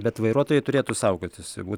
bet vairuotojai turėtų saugotis i bū